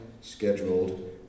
scheduled